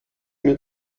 mir